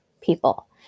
people